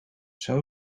zou